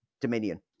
Dominion